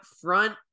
front